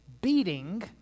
beating